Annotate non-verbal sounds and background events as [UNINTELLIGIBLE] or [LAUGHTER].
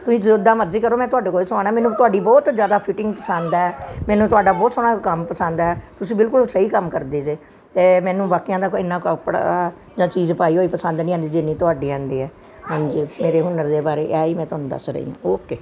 ਤੁਸੀਂ ਜਿੱਦਾ ਮਰਜ਼ੀ ਕਰੋ ਮੈਂ ਤੁਹਾਡੇ ਕੋਲ ਸਵਾਉਣਾ ਮੈਨੂੰ ਤੁਹਾਡੀ ਬਹੁਤ ਜ਼ਿਆਦਾ ਫਿਟਿੰਗ ਪਸੰਦ ਹੈ ਮੈਨੂੰ ਤੁਹਾਡਾ ਬਹੁਤ ਸੋਹਣਾ ਕੰਮ ਪਸੰਦ ਹੈ ਤੁਸੀਂ ਬਿਲਕੁਲ ਸਹੀ ਕੰਮ ਕਰਦੇ ਅਤੇ ਮੈਨੂੰ ਬਾਕੀਆਂ ਦਾ ਕੋਈ ਇੰਨਾ [UNINTELLIGIBLE] ਜਾਂ ਚੀਜ਼ ਪਾਈ ਹੋਈ ਪਸੰਦ ਨਹੀਂ ਆਉਂਦੀ ਜਿੰਨੀ ਤੁਹਾਡੀ ਆਉਂਦੀ ਹੈ ਹਾਂਜੀ ਮੇਰੇ ਹੁਨਰ ਦੇ ਬਾਰੇ ਇਹ ਹੀ ਮੈਂ ਤੁਹਾਨੂੰ ਦੱਸ ਰਹੀ ਓਕੇ